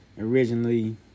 originally